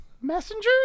messengers